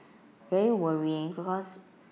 very worrying because